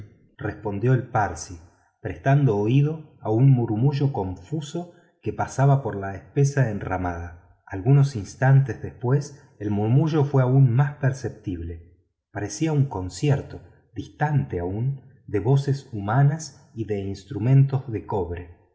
respondió el parsi prestando oído a un murmullo que pasaba por la espesa enramada algunos instantes después el murmullo fue mas perceptible parecía un concierto distante aún de voces humanas y de instrumentos de cobre